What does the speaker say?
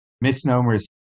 misnomers